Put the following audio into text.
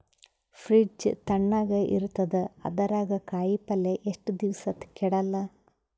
Fridge ತಣಗ ಇರತದ, ಅದರಾಗ ಕಾಯಿಪಲ್ಯ ಎಷ್ಟ ದಿವ್ಸ ಕೆಡಲ್ಲ?